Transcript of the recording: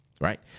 Right